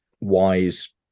wise